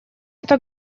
что